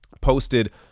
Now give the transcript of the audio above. posted